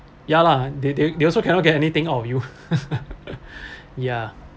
ya lah they they they also cannot get anything out of you ya